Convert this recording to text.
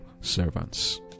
servants